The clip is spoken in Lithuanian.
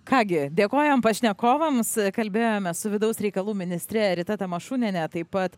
ką gi dėkojam pašnekovams kalbėjome su vidaus reikalų ministre rita tamašūniene taip pat